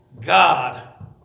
God